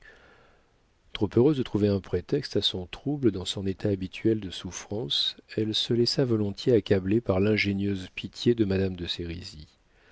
trop heureuse de trouver un prétexte à son trouble dans son état habituel de souffrance elle se laissa volontiers accabler par l'ingénieuse pitié de madame de